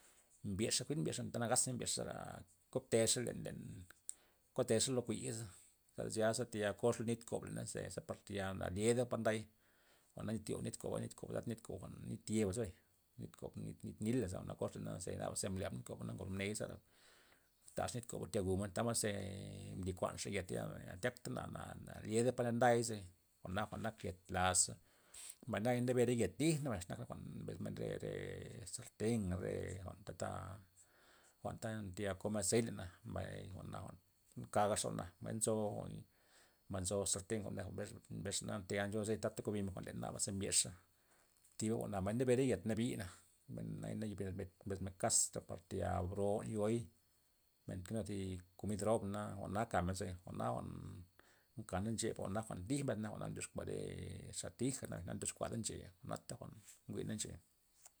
Mbyexa' jwi'n mbyexa' anta nagaz mbyexa' zera kotexey len- len kotexey lo kuya'za zara zi tayal koxa lud nit kob leney ze za par tayal na lyedey par nday jwa'na nli nit koba nit koba lad nit koba nit yeba zebay nit kob nit- nit nilaza jwa'na koxa leney na jwa'na naba ze mblyab nit koba ngolo mney zara tax nit koba tayal gumena tamod ze mbli kuanxa yet ya na tyaka na- na lyedey polad ndayze jwa'na nak yet laza mbay naya ndebe re yet tijna' naba zenak jwa'n mbesmen re sarten' re jwa'n ta- ta jwa'n ta tayal komen azeit lena mbay jwa'na jwa'n kagaxa jwa'na nzo, mbay nzo sarten jwa'n mbesxa na xomod tata ngobin jwa'n leney za mbyexa thiba jwa'na mbay thiba mbere re yet nabina mbay naya'na mbe- mbes men kas par tayal bto jwa'n yo'i men nkenu zi komid robana jwa'na kamen ze jwa'na jwa'n nkana nche jwa'na jwa'n tij mbesna jwa'na ndyoxkua re xa tijana na ndyoxkuada nche' jwa'na jwa'n njwi'ney nxeya.